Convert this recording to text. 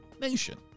Nation